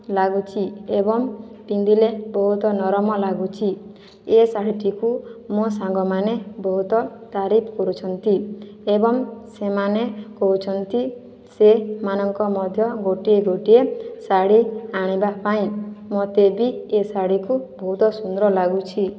ଲାଗୁଛି ଏବଂ ପିନ୍ଧିଲେ ବହୁତ ନରମ ଲାଗୁଛି ଏ ଶାଢ଼ିଟିକୁ ମୋ ସାଙ୍ଗମାନେ ବହୁତ ତାରିଫ କରୁଛନ୍ତି ଏବଂ ସେମାନେ କହୁଛନ୍ତି ସେମାନଙ୍କ ମଧ୍ୟ ଗୋଟିଏ ଗୋଟିଏ ଶାଢ଼ୀ ଆଣିବା ପାଇଁ ମୋତେ ବି ଏ ଶାଢ଼ୀକୁ ବହୁତ ସୁନ୍ଦର ଲାଗୁଛି